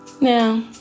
now